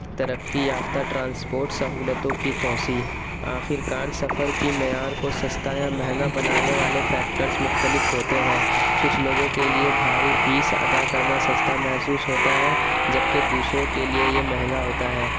ترقی یافتہ ٹرانسپورٹ سہولتوں کی توسیع آخرکار سفر کے معیار کو سستا یا مہنگا بنانے والے فیکٹرس مختلف ہوتے ہیں کچھ لوگوں کے لیے بھاری فیس ادا کرنا سستا محسوس ہوتا ہے جبکہ دوسروں کے لیے یہ مہنگا ہوتا ہے